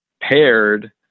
paired